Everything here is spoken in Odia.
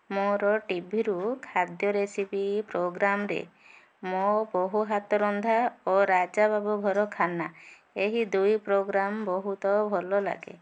ମୋର ଟିଭିରୁ ଖାଦ୍ୟ ରେସିପି ପ୍ରୋଗ୍ରାମ୍ରେ ମୋ ବୋହୁ ହାତ ରନ୍ଧା ଓ ରାଜା ବାବୁ ଘରଖାନା ଏହି ଦୁଇ ପ୍ରୋଗ୍ରାମ୍ ବହୁତ ଭଲ ଲାଗେ